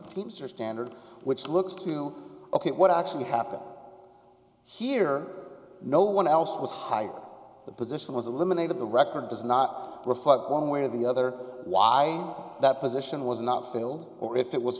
teamster standard which looks to look at what actually happened here no one else was hired the position was eliminated the record does not reflect one way or the other why that position was not filled or if it was